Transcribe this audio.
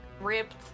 ripped